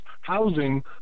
housing